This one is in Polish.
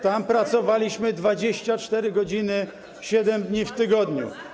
Tam pracowaliśmy 24 godziny 7 dni w tygodniu.